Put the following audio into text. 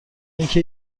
اینکه